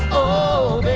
oh.